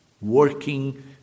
working